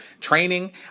training